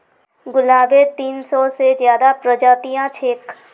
गुलाबेर तीन सौ से ज्यादा प्रजातियां छेक